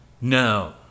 No